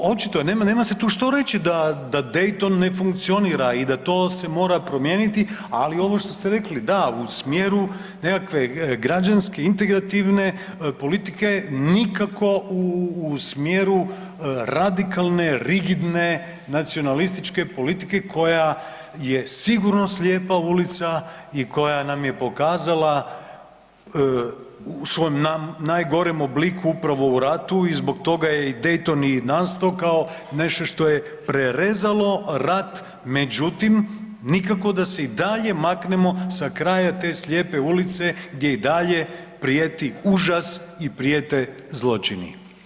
Očito je, nema se tu što reći da Dayton ne funkcionira i da to se mora promijeniti, ali ovo što ste rekli da u smjeru nekakve građanske, integrativne politike nikako u smjeru radikalne, rigidne, nacionalističke politike koja je sigurno slijepa ulica i koja nam je pokazala u svojem najgorem obliku upravo u ratu i zbog toga je i Dayton i nastao kao nešto što prerezalo rat, međutim nikako da se i dalje maknemo se kraja te slijepe ulice gdje i dalje prijeti užas i prijete zločini.